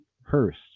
Hurst